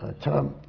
ah tom,